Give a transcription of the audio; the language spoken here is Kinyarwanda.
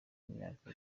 imyaka